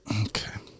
Okay